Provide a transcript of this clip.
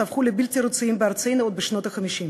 הפכה לבלתי רצויה בארצנו עוד בשנות ה-50,